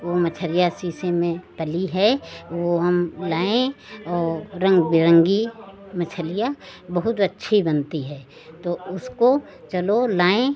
वह मछलियाँ शीशे में पली है वह हम लाएँ और रंग बिरंगी मछलियाँ बहुत अच्छी बनती है तो उसको चलो लाएँ